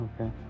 Okay